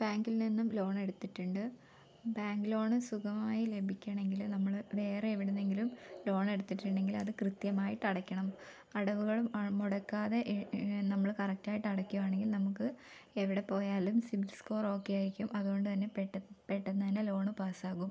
ബാങ്കിൽ നിന്നും ലോൺ എടുത്തിട്ടുണ്ട് ബാങ്ക് ലോൺ സുഗമമായി ലഭിക്കണമെങ്കില് നമ്മള് വേറെ എവിടുന്നെങ്കിലും ലോൺ എടുത്തിട്ടുണ്ടെങ്കിൽ അത് കൃത്യമായിട്ടടക്കണം അടവുകൾ ആ മുടക്കാതെ നമ്മള് കറക്ട് ആയിട്ട് അടയ്ക്കുവാണെങ്കില് നമുക്ക് എവിടെ പോയാലും സിബിൽ സ്കോർ ഓക്കെ ആയിരിക്കും അത്കൊണ്ട് തന്നെ പെട്ടെന്ന് തന്നെ ലോൺ ലോണ് പാസ്സാകും